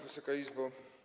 Wysoka Izbo!